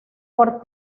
por